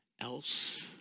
else